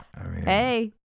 Hey